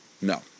No